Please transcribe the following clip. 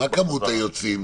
מה כמות היוצאים?